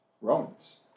Romans